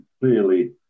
clearly